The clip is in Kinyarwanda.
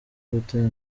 butera